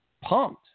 pumped